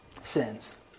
sins